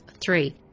three